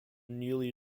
newly